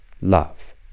love